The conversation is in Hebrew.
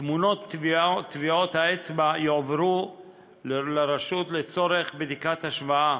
תמונות טביעות האצבע יועברו לרשות לצורך בדיקת השוואה